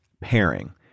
pairing